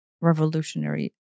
revolutionary